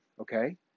okay